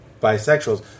bisexuals